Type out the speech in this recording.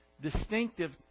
distinctive